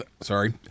sorry